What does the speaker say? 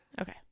Okay